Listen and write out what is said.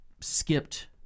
skipped